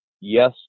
yes